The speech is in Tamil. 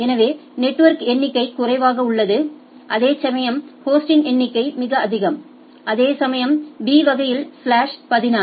எனவே நெட்வொர்க் எண்ணிக்கை குறைவாக உள்ளது அதேசமயம் ஹோஸ்டின் எண்ணிக்கை மிக அதிகம் அதேசமயம் B வகையில் ஸ்லாஷ் 16